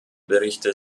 berichte